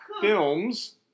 films